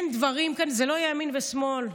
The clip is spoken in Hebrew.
זה לא ימין ושמאל,